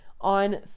on